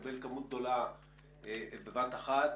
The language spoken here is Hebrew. בבת אחת,